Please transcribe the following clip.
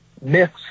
myths